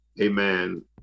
Amen